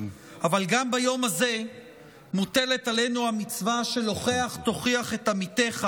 אבל גם ביום הזה מוטלת עלינו המצווה של "הוכח תוכיח את עמיתך"